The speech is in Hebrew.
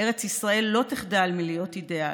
ארץ ישראל לא תחדל מלהיות אידיאל.